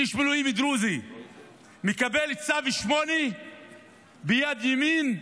איש מילואים דרוזי מקבל צו 8 ביד ימין,